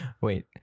Wait